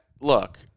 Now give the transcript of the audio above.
look